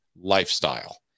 lifestyle